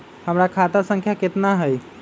हमर खाता संख्या केतना हई?